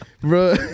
Bro